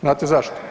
Znate zašto?